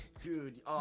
Dude